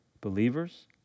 Believers